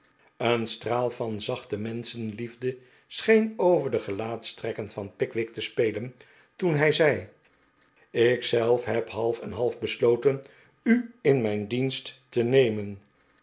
een straal van zachte menschenliefde scheen over de gelaatstrekken van pickwick te spelen toen hij zei ik zelf heb sam weller treed tin pickwick's dienst half en half besloten u in mijn dienst te nemen